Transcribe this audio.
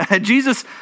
Jesus